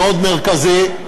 מאוד מרכזי,